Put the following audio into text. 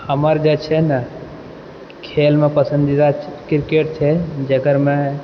हमर जे छै ने खेलमे पसंदीदा क्रिकेट छै जेकरमे